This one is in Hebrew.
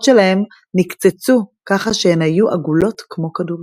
שלהן נקצצו ככה שהן יהיו עגלות כמו כדורסל.